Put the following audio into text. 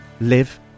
live